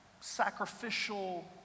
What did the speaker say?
sacrificial